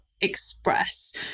express